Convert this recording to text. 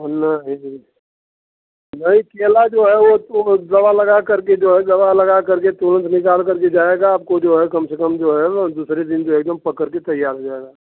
नहीं नहीं केला जो है वोत वह दवा लगा करके जो है दवा लगा करके तुरंत निकाल करके जाएगा आपको जो है कम से कम जो है वह दूसरे दिन जो है एकदम पक करके तैयार हो जाएगा